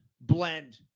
blend